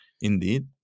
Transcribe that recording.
indeed